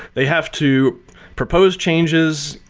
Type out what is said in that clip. they have to propose changes,